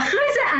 ואחרי זה,